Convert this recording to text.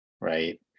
right